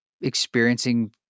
experiencing